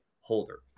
holder